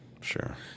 sure